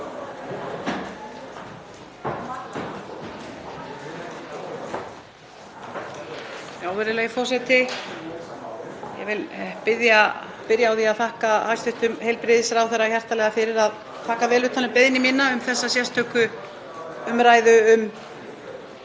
Virðulegi forseti. Ég vil byrja á því að þakka hæstv. heilbrigðisráðherra hjartanlega fyrir að taka vel utan um beiðni mína um þessa sérstöku umræðu um